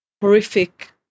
horrific